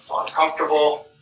uncomfortable